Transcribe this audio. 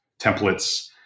templates